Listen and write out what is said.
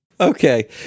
Okay